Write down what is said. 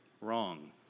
wrong